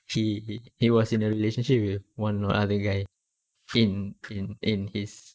he he was in a relationship with one other guy pin pin in his